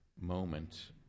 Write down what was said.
moment